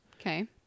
Okay